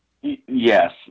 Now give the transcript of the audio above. Yes